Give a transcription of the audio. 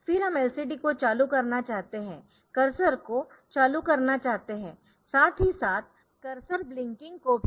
फिर हम LCD को चालू करना चाहते है कर्सर को चालू करते है और साथ ही साथ कर्सर ब्लिंकिंग को भी